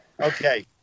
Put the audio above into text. Okay